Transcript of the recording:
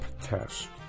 test